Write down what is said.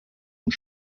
und